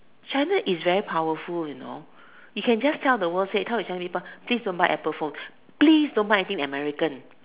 China is very powerful you know it can just tell the world said tell yourself people please don't buy apple phone please don't buy anti American